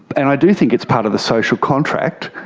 and i do think it's part of the social contract,